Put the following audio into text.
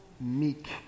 meek